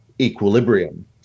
equilibrium